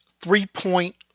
three-point